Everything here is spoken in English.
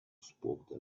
spoke